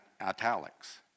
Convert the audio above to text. italics